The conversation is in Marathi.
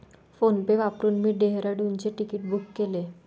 फोनपे वापरून मी डेहराडूनचे तिकीट बुक केले